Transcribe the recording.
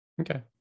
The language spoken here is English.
Okay